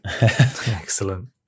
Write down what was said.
Excellent